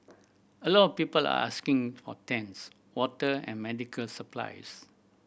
a lot of people are asking for tents water and medical supplies